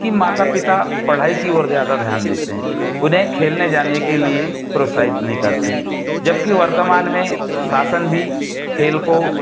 कि माता पिता पढ़ाई की ओर ज़्यादा ध्यान देते हैं उन्हें खेलने जाने के लिए प्रोत्साहित नहीं करते जबकि वर्तमान में शासन भी खेल को